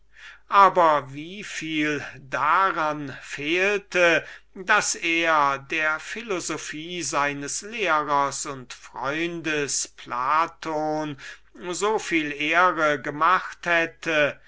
wären aber wie viel daran fehlte daß er der philosophie seines lehrers und freundes platon soviel ehre gemacht hätte